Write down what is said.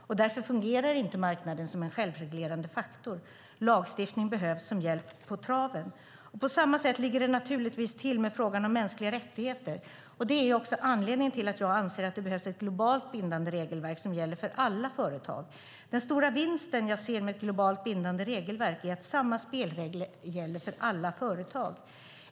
Därför fungerar inte marknaden som en självreglerande faktor. Lagstiftning behövs som hjälp på traven. På samma sätt ligger det naturligtvis till med frågan om mänskliga rättigheter. Det är också anledningen till att jag anser att det behövs ett globalt bindande regelverk som gäller för alla företag. Den stora vinst jag ser med ett globalt bindande regelverk är att samma spelregler gäller för alla företag.